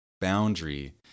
boundary